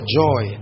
joy